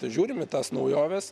tai žiūrim į tas naujoves